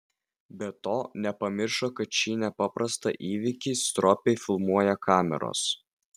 be to nepamiršo kad šį nepaprastą įvykį stropiai filmuoja kameros